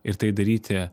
ir tai daryti